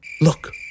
Look